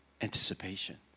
anticipation